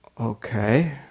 okay